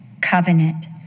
covenant